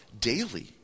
daily